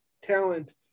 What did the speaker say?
talent